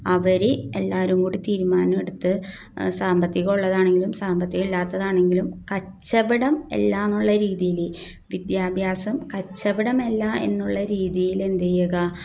അവർ എല്ലാവരുംകൂടി തീരുമാനം എടുത്ത് സാമ്പത്തികം ഉള്ളതാണെങ്കിലും സാമ്പത്തികം ഇല്ലാത്തതാണെങ്കിലും കച്ചവടം ഇല്ലയെന്നുള്ള രീതിയിൽ വിദ്യാഭ്യാസം കച്ചവടമല്ല എന്നുള്ള രീതിയിൽ എന്തു ചെയ്യുക